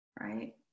right